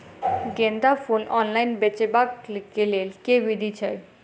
गेंदा फूल ऑनलाइन बेचबाक केँ लेल केँ विधि छैय?